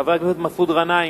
חבר הכנסת מסעוד גנאים,